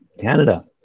Canada